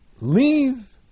leave